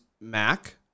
Mac